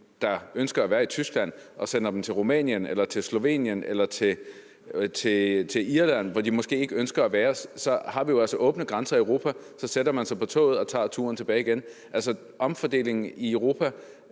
der ønsker at være i Tyskland, til Rumænien eller til Slovenien eller til Irland, hvor de måske ikke ønsker at være, og da vi jo altså har åbne grænser i Europa, sætter de sig på toget og tager turen tilbage igen. Altså, omfordelingen i Europa